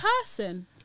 person